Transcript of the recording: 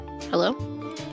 Hello